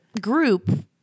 group